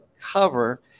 cover